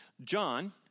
John